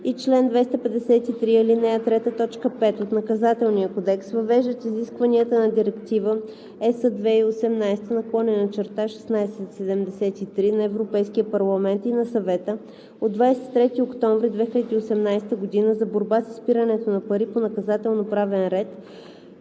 и член 253, ал. 3, т. 5 от Наказателния кодекс въвеждат изискванията на Директива (ЕС) 2018/1673 на Европейския парламент и на Съвета от 23 октомври 2018 година за борба с изпирането на пари по наказателноправен ред